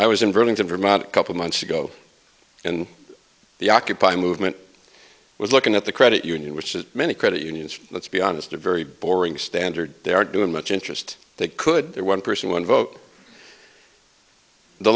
i was in burlington vermont a couple months ago and the occupy movement was looking at the credit union which is many credit unions let's be honest a very boring standard they are doing much interest they could one person one vote the